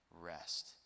rest